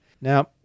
Now